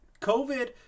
Covid